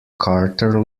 carter